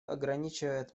ограничивает